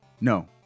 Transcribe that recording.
No